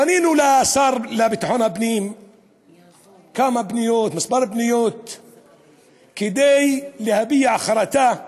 פנינו לשר לביטחון הפנים כמה פניות כדי שיביע חרטה,